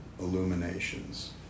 illuminations